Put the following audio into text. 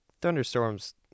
thunderstorms